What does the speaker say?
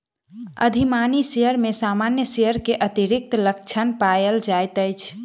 अधिमानी शेयर में सामान्य शेयर के अतिरिक्त लक्षण पायल जाइत अछि